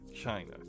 china